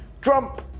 Trump